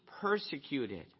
persecuted